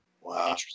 Wow